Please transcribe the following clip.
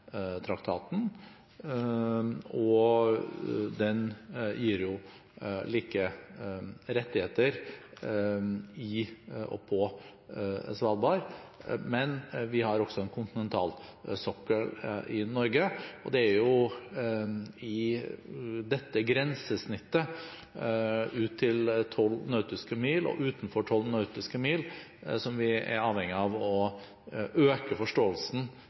Svalbardtraktaten, og den gir like rettigheter i og på Svalbard. Men vi har også en kontinentalsokkel i Norge, og det er i dette grensesnittet ut til 12 nautiske mil og utenfor 12 nautiske mil vi er avhengig av å øke forståelsen